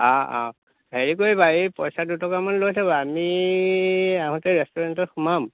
হেৰি কৰিবা এই পইচা দুটকামান লৈ থ'বা আমি আহোঁতে ৰেষ্টুৰেণ্টত সোমাম